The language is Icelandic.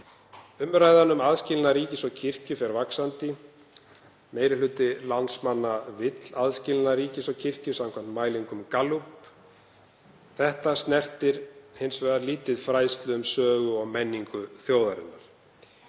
Umræðan um aðskilnað ríkis og kirkju fer vaxandi. Meiri hluti landsmanna vill aðskilnað ríkis og kirkju samkvæmt mælingum Gallup. Þetta snertir þó lítið fræðslu um sögu og menningu þjóðarinnar.